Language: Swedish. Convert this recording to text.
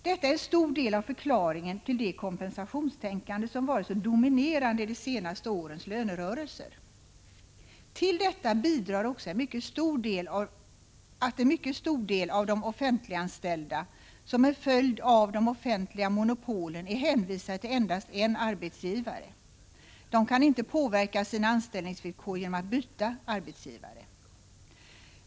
Detta är en stor del av förklaringen till det kompensationstänkande som har varit så dominerande i de senaste årens lönerörelser. Till detta bidrar också att en mycket stor del av de offentliganställda som en följd av de offentliga monopolen är hänvisade till endast en arbetsgivare. De kan inte påverka sina anställningsvillkor genom att byta arbetsgivare.